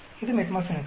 இது மெட்ஃபோர்மினுக்கு